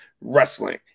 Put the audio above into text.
wrestling